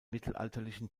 mittelalterlichen